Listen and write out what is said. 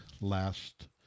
last